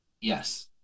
Yes